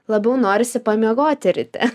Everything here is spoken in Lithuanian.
labiau norisi pamiegoti ryte